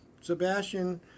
Sebastian